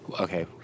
Okay